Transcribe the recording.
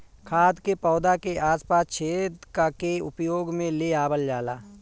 खाद के पौधा के आस पास छेद क के उपयोग में ले आवल जाला